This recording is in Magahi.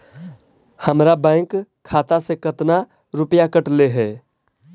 हमरा बैंक खाता से कतना रूपैया कटले है?